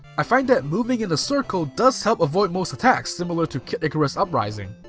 i find that moving in a circle does help avoid most attacks, similar to kid icarus uprising.